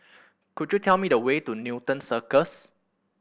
could you tell me the way to Newton Cirus